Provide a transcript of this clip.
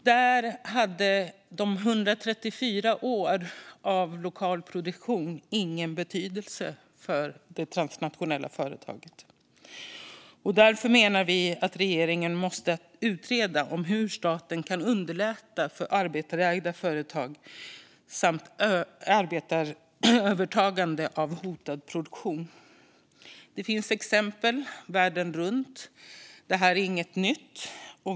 De hade haft 134 år av lokal produktion. Det hade ingen betydelse för det transnationella företaget. Vi menar därför att regeringen måste utreda hur staten kan underlätta för arbetstagarägda företag samt arbetstagarövertagande av hotad produktion. Det finns exempel runt om i världen. Det är inget nytt.